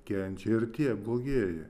kenčia ir tie blogieji